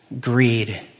greed